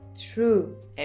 True